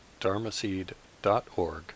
dharmaseed.org